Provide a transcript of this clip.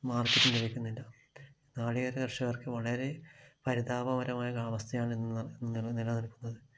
മാർക്കറ്റും ലഭിക്കുന്നില്ല നാളികേര കർഷകർക്ക് വളരെ പരിതാപകരമായ അവസ്ഥയാണ് ഇന്ന് നില നിൽക്കുന്നത്